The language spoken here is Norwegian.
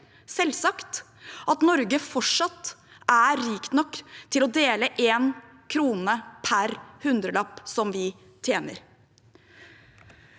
selvsagt, at Norge fortsatt er rikt nok til å dele én krone per hundrelapp som vi tjener.